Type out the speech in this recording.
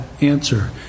answer